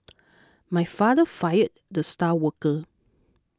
my father fired the star worker